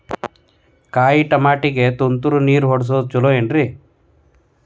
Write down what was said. ಕಾಯಿತಮಾಟಿಗ ತುಂತುರ್ ನೇರ್ ಹರಿಸೋದು ಛಲೋ ಏನ್ರಿ?